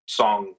song